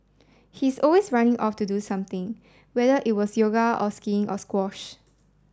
he was always running off to do something whether it was yoga or skiing or squash